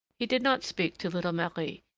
he did not speak to little marie,